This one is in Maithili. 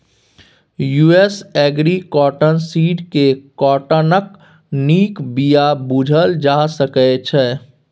यु.एस एग्री कॉटन सीड केँ काँटनक नीक बीया बुझल जा सकै छै